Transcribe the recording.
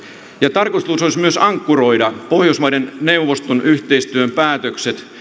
tarkoitus olisi myös ankkuroida pohjoismaiden neuvoston yhteistyön päätökset